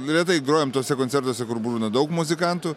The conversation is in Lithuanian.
retai grojam tuose koncertuose kur būna daug muzikantų